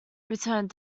returned